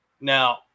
now